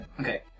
Okay